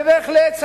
ובהחלט,